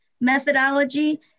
methodology